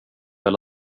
väl